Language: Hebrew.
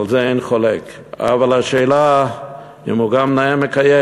על זה אין חולק, אבל השאלה, האם הוא גם נאה מקיים?